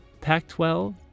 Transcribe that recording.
Pac-12